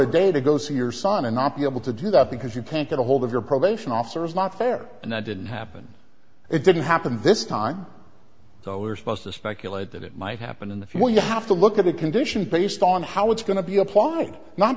a day to go see your son and not be able to do that because you can't get a hold of your probation officer is not fair and that didn't happen it didn't happen this time though we are supposed to speculate that it might happen in the future you have to look at a condition based on how it's going to be applied not